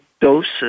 doses